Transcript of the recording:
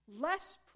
Less